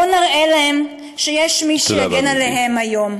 בואו נראה להם שיש מי שיגן עליהם היום.